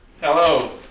Hello